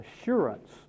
assurance